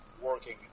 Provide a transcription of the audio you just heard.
working